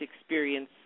experience